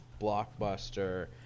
Blockbuster